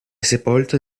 sepolto